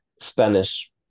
Spanish